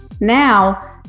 Now